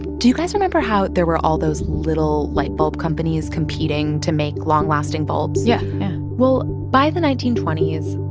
do you guys remember how there were all those little light bulb companies competing to make long-lasting bulbs? yeah. yeah well, by the nineteen twenty s,